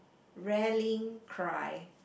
rallying cry